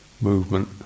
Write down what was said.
movement